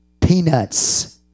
peanuts